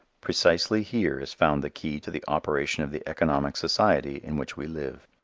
precisely here is found the key to the operation of the economic society in which we live.